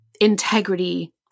integrity